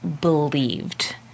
believed